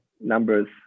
numbers